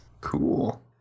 Cool